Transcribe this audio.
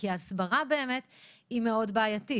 כי ההסברה באמת היא מאוד בעייתית.